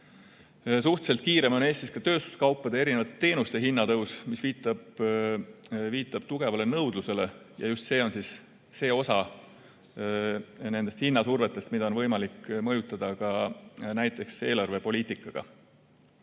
suhteliselt kiirem on Eestis ka tööstuskaupade ja erinevate teenuste hinna tõus, mis viitab tugevale nõudlusele. Ja just see on see osa nendest hinnasurvetest, mida on võimalik mõjutada ka näiteks eelarvepoliitikaga.